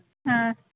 ആ